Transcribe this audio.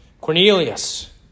Cornelius